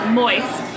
moist